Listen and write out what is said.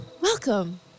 welcome